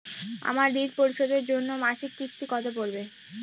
আমার ঋণ পরিশোধের জন্য মাসিক কিস্তি কত পড়বে?